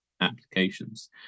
applications